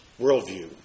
worldview